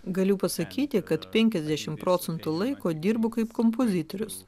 galiu pasakyti kad penkiasdešimt procentų laiko dirbu kaip kompozitorius